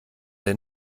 der